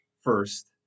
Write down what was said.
first